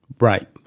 Right